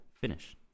finish